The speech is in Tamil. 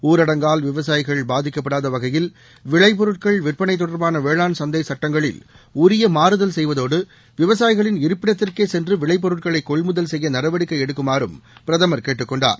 ஊரடங்கால் விவசாயிகள் பாதிக்கப்படாத வகையில் விளைப் பொருட்கள் விற்பனை தொடர்பான வேளாண் சந்தை சுட்டங்களில் உரிய மாறுதல் செய்வதோடு விவசாயிகளின் இருப்பிடத்திற்கே சென்று விளைப் பொருட்களை கொள்முதல் செய்ய நடவடிக்கை எடுக்குமாறும் பிரதமர் கேட்டுக் கொண்டார்